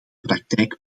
praktijk